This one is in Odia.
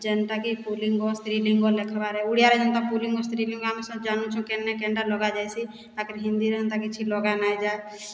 ଯେନ୍ତାକି ପୁଂଲିଙ୍ଗ ସ୍ତ୍ରୀ ଲିଙ୍ଗ ଲେଖ୍ବାରେ ଓଡ଼ିଆରେ ଯେନ୍ତା ପୁଂଲିଙ୍ଗ ସ୍ତ୍ରୀ ଲିଙ୍ଗ ଆମେ ସେନ ଜାନୁଛୁ କେନେ କେନ୍ଟା ଲଗାଯାଇସି ତାପରେ ହିନ୍ଦୀରେ ଏନ୍ତା କିଛି ଲଗା ନାଇଁ ଯାଏ